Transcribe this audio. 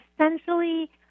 essentially